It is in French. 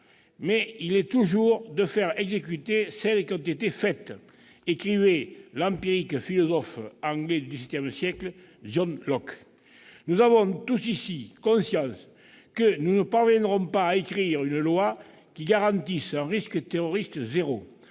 mais il l'est toujours de faire exécuter celles qui ont été faites » écrivait au XVII siècle le philosophe empirique anglais John Locke. Nous avons tous ici conscience que nous ne parviendrons pas à écrire une loi qui garantisse un risque terroriste zéro.